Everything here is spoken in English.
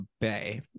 Bay